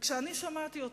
כשאני שמעתי אותך,